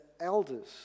elders